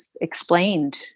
explained